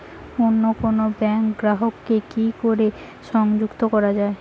অন্য কোনো ব্যাংক গ্রাহক কে কি করে সংযুক্ত করা য়ায়?